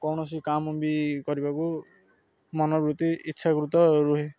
କୌଣସି କାମ ବି କରିବାକୁ ମନ ବୃତ୍ତି ଇଚ୍ଛାକୃତ ରୁହେ